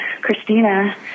Christina